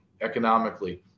economically